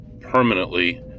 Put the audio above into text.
permanently